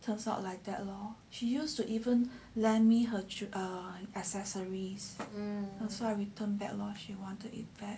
turns out like that lor she used to even lend me her accessories so I return back lor she wanted it back